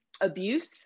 abuse